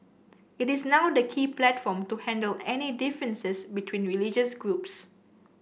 it is now the key platform to handle any differences between religious groups